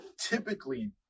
typically